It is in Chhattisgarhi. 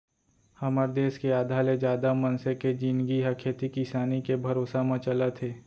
हमर देस के आधा ले जादा मनसे के जिनगी ह खेती किसानी के भरोसा म चलत हे